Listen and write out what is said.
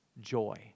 joy